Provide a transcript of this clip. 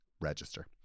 register